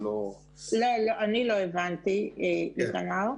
לא הבנתי, איתמר.